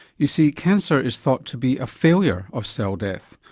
you see cancer is thought to be a failure of cell death.